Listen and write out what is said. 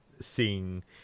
seeing